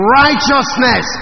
righteousness